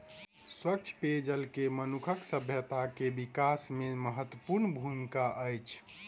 स्वच्छ पेयजल के मनुखक सभ्यता के विकास में महत्वपूर्ण भूमिका अछि